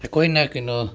ꯑꯩꯈꯣꯏꯅ ꯀꯩꯅꯣ